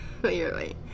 clearly